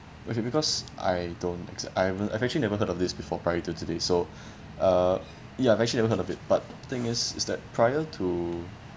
okay because I don't ex~ I I've actually never heard of this before prior to today so uh ya I've actually never heard of it but the thing is is that prior to